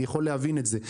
אני יכול להבין את זה.